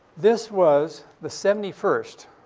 this was the seventy first,